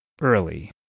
early